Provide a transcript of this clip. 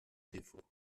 défauts